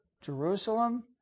Jerusalem